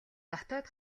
дотоод